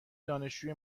دانشجوی